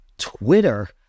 Twitter